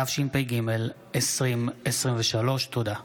התשפ"ג 2023. תודה.